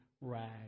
rag